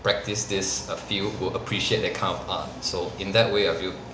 practised this uh field will appreciate that kind of art so in that way I feel